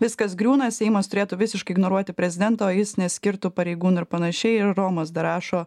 viskas griūna seimas turėtų visiškai ignoruoti prezidentą o jis neskirtų pareigūnų ir panašiai ir romas dar rašo